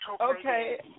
Okay